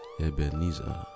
Ebenezer